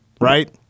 Right